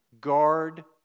guard